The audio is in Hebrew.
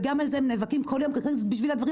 וגם על זה הם נאבקים כל יום בשביל הדברים